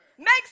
Makes